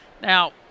Now